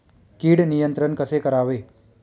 कीड नियंत्रण कसे करावे?